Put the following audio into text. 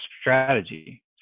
strategy